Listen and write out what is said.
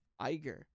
Iger